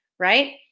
right